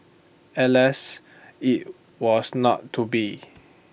alas IT was not to be